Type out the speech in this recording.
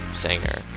singer